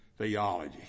theology